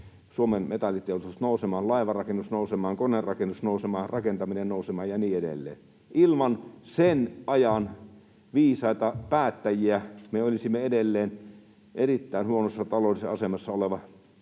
Suomen metalliteollisuus nousemaan, laivanrakennus nousemaan, koneenrakennus nousemaan, rakentaminen nousemaan ja niin edelleen. Ilman sen ajan viisaita päättäjiä me olisimme edelleen erittäin huonossa taloudellisessa asemassa oleva